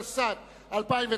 התשס”ט 2009,